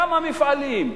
כמה מפעלים,